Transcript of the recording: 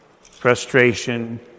frustration